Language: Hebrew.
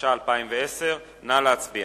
התש"ע 2010. נא להצביע.